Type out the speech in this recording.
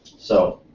so,